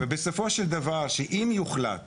ואם יוחלט